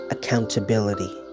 Accountability